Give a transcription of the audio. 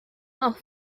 auch